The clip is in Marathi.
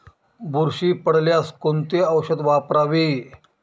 बुरशी पडल्यास कोणते औषध वापरावे?